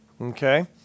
Okay